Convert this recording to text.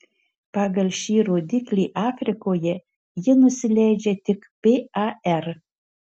pagal šį rodiklį afrikoje ji nusileidžia tik par